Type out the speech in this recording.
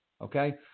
okay